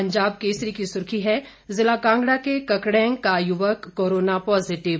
पंजाब केसरी की सूर्खी है जिला कांगड़ा के ककड़ें का युवक कोरोना पॉजीटिव